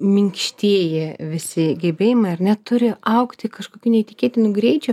minkštieji visi gebėjimai ar ne turi augti kažkokiu neįtikėtinu greičiu